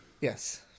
yes